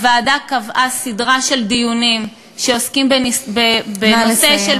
הוועדה קבעה סדרה של דיונים בנושא של